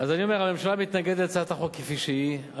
אני אומר: הממשלה מתנגדת להצעת החוק כפי שהיא.